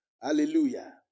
Hallelujah